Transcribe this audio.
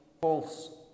false